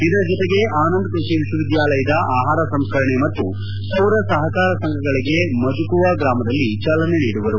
ಇದರ ಜತೆಗೆ ಆನಂದ್ ಕೃಷಿ ವಿಶ್ವವಿದ್ಯಾಲಯದ ಆಹಾರ ಸಂಸ್ಕರಣೆ ಮತ್ತು ಸೌರ ಸಹಕಾರ ಸಂಘಗಳಿಗೆ ಮುಜಕುವಾ ಗ್ರಾಮದಲ್ಲಿ ಚಾಲನೆ ನೀಡುವರು